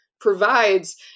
provides